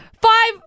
five